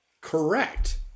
correct